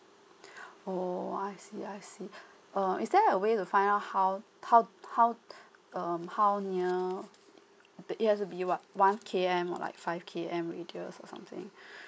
oh I see I see uh is there a way to find out how how how um how near it has to be what one K M or like five K M radius or something